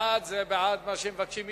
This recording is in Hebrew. מי שבעד, זה בעד מה שמבקשים.